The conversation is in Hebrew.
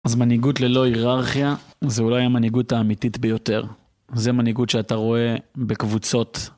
אז מנהיגות ללא היררכיה, זה אולי המנהיגות האמיתית ביותר. זה מנהיגות שאתה רואה בקבוצות.